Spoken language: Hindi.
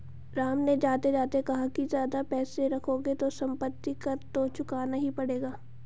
राम ने जाते जाते कहा कि ज्यादा पैसे रखोगे तो सम्पत्ति कर तो चुकाना ही पड़ेगा